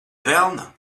velna